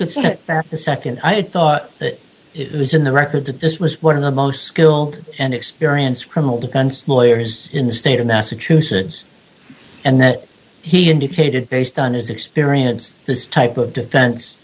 sit there the nd i had thought it was in the record that this was one of the most skilled and experienced criminal defense lawyers in the state of massachusetts and that he indicated based on his experience this type of defen